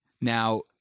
Now